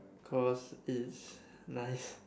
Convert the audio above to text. cause it's nice